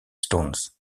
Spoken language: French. stones